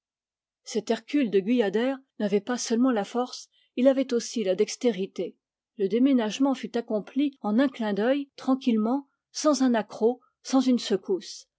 cet hercule de guyader n'avait pas seulement la force il avait aussi la dextérité le déménagement fut accompli en un clin d'œil tranquillement sans un accroc sans une secousse